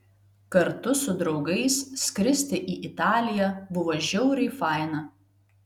kartu su draugais skristi į italiją buvo žiauriai faina